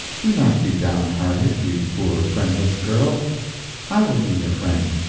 do not be downhearted, you poor friendless girl i will be your friend.